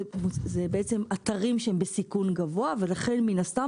זה אתרים שהם בסיכון גבוה ולכן מן הסתם